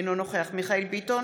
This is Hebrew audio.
אינו נוכח מיכאל מרדכי ביטון,